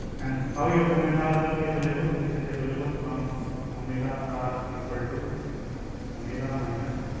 and how your omega r will be available? this is available from omega r equal to omega um minus